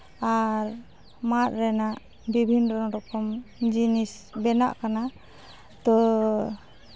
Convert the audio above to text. ᱟᱨ ᱢᱟᱫ ᱨᱮᱱᱟᱜ ᱵᱤᱵᱷᱤᱱᱱᱚ ᱨᱚᱠᱚᱢ ᱡᱤᱱᱤᱥ ᱵᱮᱱᱟᱜ ᱠᱟᱱᱟ ᱛᱚ